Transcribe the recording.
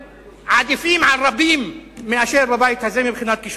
עדיפים על רבים בבית הזה מבחינת כשרונות.